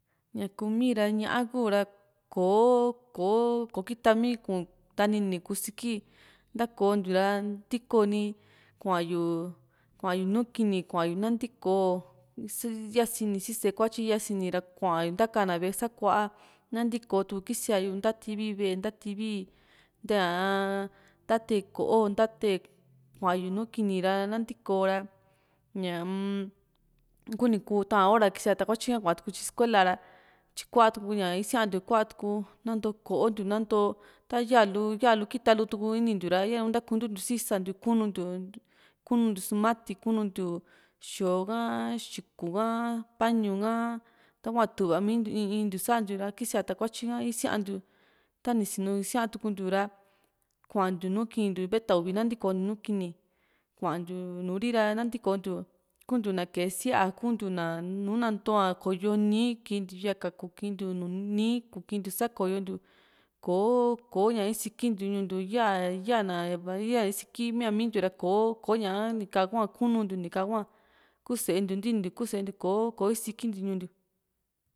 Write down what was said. ñaa kuumi ra ñá´a ku ra kò´o kò´o kita mii ku´u yu ntanini kusiki takontiu ra ntiko ni kuayu kua´yu nu kini kua´yu nantiko yasiini si sée kuatyi kuan´yu ntakana ve´e sakua nantikotu kuu kisia´yu ntativi ve´e ntativi nteaa ntatee ko´o ntate kua´n yu nùù kini yu ra nantiko ra ñaa-m kuu niku taá n hora kísiaa takuatyi kuaatuku tyi scuela ra tyi kuatuku kasiantiu kuatuku nantoo tu k´o ntiu natoo tuku ta yaalu ya lu kita lu inintiu ra ntakuntuntiu si isantiu kununtiu kuntiu sumati kununtiu xo´a ka xiku´n ha pañu ka tahua tuvamintiu in in ntiu santiu ra kisia takuatyi ka isiantiu tani sinu ni isía tuku ntiura kuantiu nùù kinintiu veta uvi nanintikontiu nùù kini kuantiu nùù ri ra ntokotukuntiu kuntiu na kee sí´a kuntiu na nu nanto´a koyo nìì kii´ntiu yaka kiintiu nìì kukintiu sakoyontiu kò´o kò´o ña isintiu ñuu ntiu ya ya ná va isiki mia´mintiu ra ko kò´o ñaka ni kaa hua kununtiu kua kununtiu nika hua kuu sée ntiu ntinintiu kuu sée ntiu kò´o kò´o isikintiu ñuu ntiu